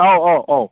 औ औ औ